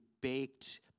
baked